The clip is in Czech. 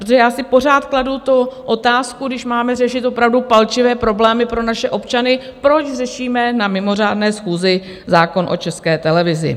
Protože já si pořád kladu tu otázku, když máme řešit opravdu palčivé problémy pro naše občany, proč řešíme na mimořádné schůzi zákon o České televizi?